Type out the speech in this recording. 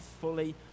fully